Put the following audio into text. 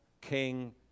King